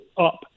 up